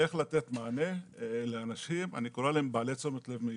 איך לתת מענה לאנשים שאני קורא להם "בעלי תשומת לב מיוחדת",